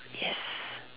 yes